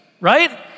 right